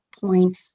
point